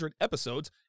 episodes